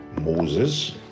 Moses